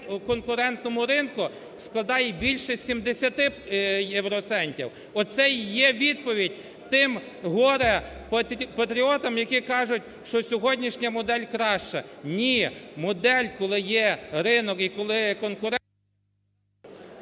неконкурентному ринку, складає більше 70 євроцентрів. Оце і є відповідь тим горе-патріотам, які кажуть, що сьогоднішня модель краща. Ні, модель, коли є ринок і коли… ГОЛОВУЮЧИЙ.